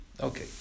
Okay